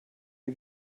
ihr